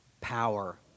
power